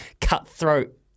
cutthroat